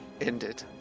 ended